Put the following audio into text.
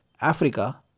Africa